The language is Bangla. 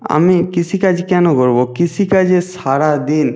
আমি কৃষিকাজ কেন করব কৃষিকাজে সারা দিন